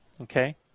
okay